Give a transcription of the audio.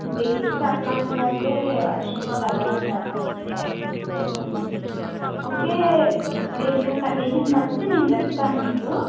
beach అలాంటివి అయితే వర్షంలో వెళ్ళలేము కదా కొంచెం ఓకే రేపు కండిషన్ బట్టి నేను చెప్తాను మీకు